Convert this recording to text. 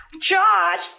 Josh